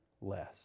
less